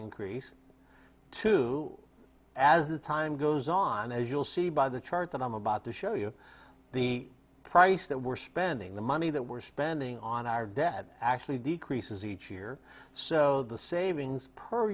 increase too as the time goes on as you'll see by the chart that i'm about to show you the price that we're spending the money that we're spending on our debt actually decreases each year so the savings per